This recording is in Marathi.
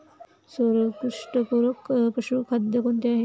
सर्वोत्कृष्ट पूरक पशुखाद्य कोणते आहे?